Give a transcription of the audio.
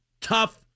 tough